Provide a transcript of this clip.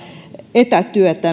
etätyötä